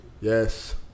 Yes